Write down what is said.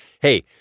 hey